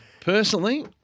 Personally